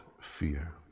fear